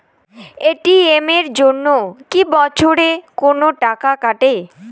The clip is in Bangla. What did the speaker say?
এ.টি.এম এর জন্যে কি বছরে কোনো টাকা কাটে?